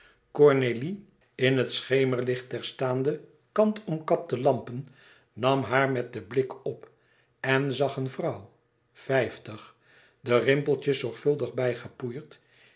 cornélie in het schemerlicht der staande kant omkapte lampen nam haar met den blik op en zag een vrouw vijftig de rimpeltjes zorgvuldig bijgepoeierd